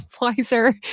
wiser